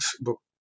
book